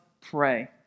pray